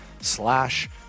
slash